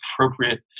appropriate